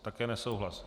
Také nesouhlas.